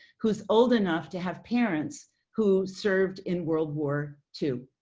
who's old enough to have parents who served in world war two,